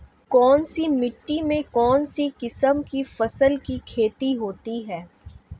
कौनसी मिट्टी में कौनसी किस्म की फसल की खेती होती है?